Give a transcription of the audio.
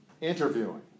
Interviewing